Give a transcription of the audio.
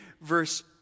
verse